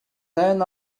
then